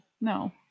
No